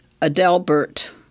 Adelbert